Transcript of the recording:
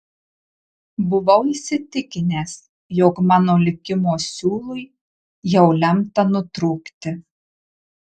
buvau įsitikinęs jog mano likimo siūlui jau lemta nutrūkti